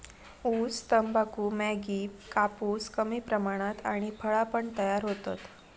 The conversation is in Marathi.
ऊस, तंबाखू, मॅगी, कापूस कमी प्रमाणात आणि फळा पण तयार होतत